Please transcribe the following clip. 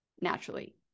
naturally